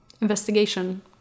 Investigation